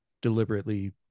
deliberately